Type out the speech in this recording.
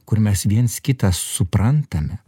kur mes viens kitą suprantame